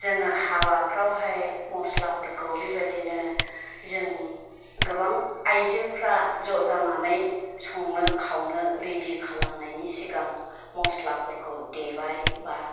जोङो हाबाफ्रावहाय मस्लाफोरखौ बेबायदिनो जों गोबां आयजोफ्रा ज' जानानै संनो खावनो रिडि खालामनायनि सिगां मस्लाफोरखौ देबाय बा